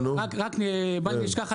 רק בל נשכח,